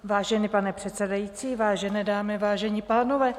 Vážení pane předsedající, vážené dámy, vážení pánové.